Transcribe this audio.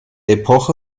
epoche